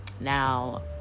Now